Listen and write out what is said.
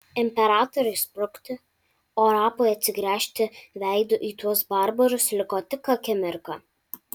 imperatoriui sprukti o rapui atsigręžti veidu į tuos barbarus liko tik akimirka